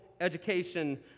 education